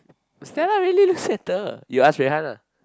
Stella really looks better you ask Rui-Han ah